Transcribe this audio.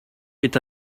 est